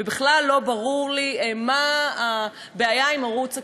ובכלל לא ברור לי מה הבעיה עם ערוץ הכנסת.